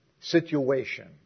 Situation